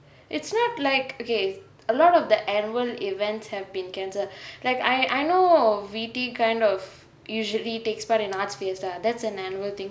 it's not like okay a lot of the annual events have been cancelled like I I know V_T kind of usually takes part in arts fiesta that's an annual thing